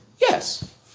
yes